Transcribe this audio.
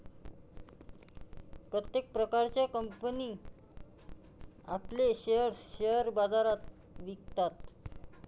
प्रत्येक प्रकारच्या कंपनी आपले शेअर्स शेअर बाजारात विकतात